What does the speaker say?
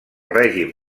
règim